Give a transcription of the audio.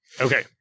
Okay